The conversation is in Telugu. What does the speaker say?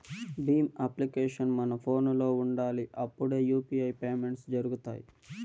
భీమ్ అప్లికేషన్ మన ఫోనులో ఉండాలి అప్పుడే యూ.పీ.ఐ పేమెంట్స్ జరుగుతాయి